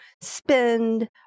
spend